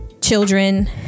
Children